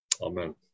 Amen